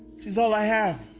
she's all i have.